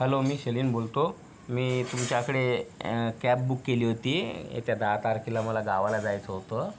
hello मी शिलीन बोलतो मी तुमच्याकडे कॅब बुक केली होती येत्या दहा तारखेला मला गावाला जायचं होतं